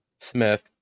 Smith